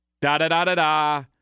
Da-da-da-da-da